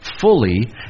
fully